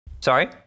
Sorry